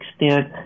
extent